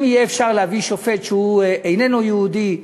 אם יהיה אפשר להביא שופט שאיננו יהודי,